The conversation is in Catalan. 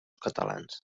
catalans